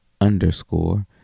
underscore